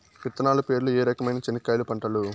విత్తనాలు పేర్లు ఏ రకమైన చెనక్కాయలు పంటలు?